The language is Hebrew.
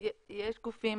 יש גופים